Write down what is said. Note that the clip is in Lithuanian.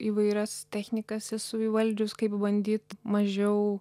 įvairias technikas esu įvaldžius kaip bandyt mažiau